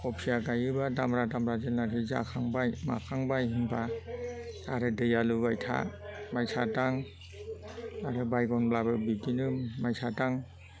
क'फिया गायोबा दामब्रा दामब्रा जेला जाखांबाय माखांबाय होमबा आरो दैआ लुबाय था माइसा दां आरो बायग'नब्लाबो बिदिनो माइसा दां